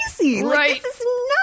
Right